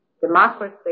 Democracy